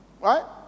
Right